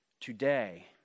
today